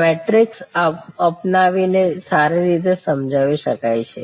matrix અપનાવીને સારી રીતે સમજાવી શકાય છે